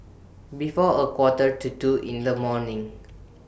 before A Quarter to two in The morning